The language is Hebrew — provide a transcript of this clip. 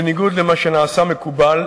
בניגוד למה שנעשה מקובל,